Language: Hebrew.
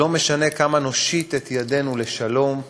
לא משנה כמה נושיט את ידנו לשלום,